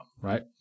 Right